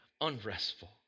unrestful